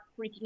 freaking